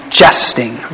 jesting